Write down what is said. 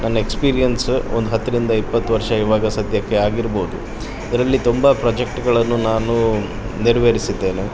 ನನ್ನ ಎಕ್ಸ್ಪೀರಿಯೆನ್ಸು ಒಂದು ಹತ್ತರಿಂದ ಇಪ್ಪತ್ತು ವರ್ಷ ಇವಾಗ ಸದ್ಯಕ್ಕೆ ಆಗಿರ್ಬೌದು ಅದರಲ್ಲಿ ತುಂಬ ಪ್ರೊಜೆಕ್ಟ್ಗಳನ್ನು ನಾನು ನೆರವೇರಿಸಿದ್ದೇನೆ